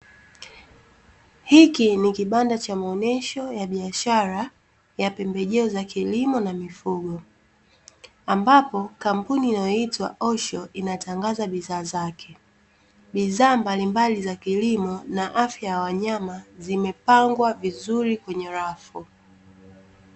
Hiki ni kibanda cha maonesho ya biashara ya pembejeo za kilimo na mifugo, ambapo kampuni inayoitwa Osho inatangaza bidhaa zake. Bidhaa mbalimbali za kilimo na afya ya wanyama zimepagwa vizuri kwenye rafu.